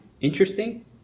interesting